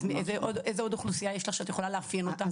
איזו עוד אוכלוסייה יש לך שאת יכולה לאפיין אותה?